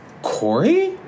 Corey